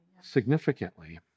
significantly